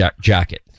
jacket